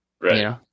Right